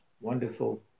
wonderful